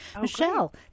michelle